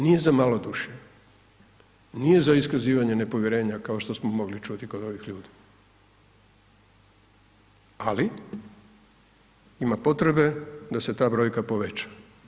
Nije za malodušje, nije za iskazivanje nepovjerenja kao što smo mogli čuti kod ovih ljudi, ali ima potrebe da se ta brojka poveća.